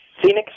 Phoenix